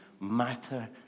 matter